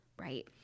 right